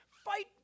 Fight